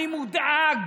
אני מודאג